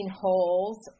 holes